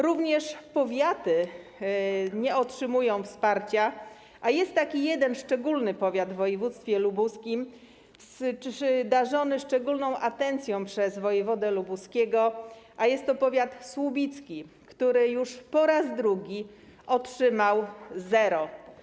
Również powiaty nie otrzymują wsparcia, a jest taki jeden szczególny powiat w województwie lubuskim, darzony szczególną atencją przez wojewodę lubuskiego, a jest to powiat słubicki, który już po raz drugi otrzymał zero.